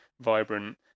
vibrant